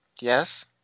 Yes